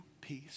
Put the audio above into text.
peace